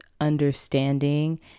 understanding